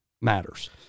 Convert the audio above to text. matters